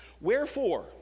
Wherefore